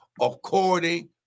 according